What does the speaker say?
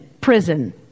prison